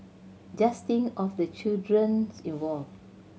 just think of the children's involved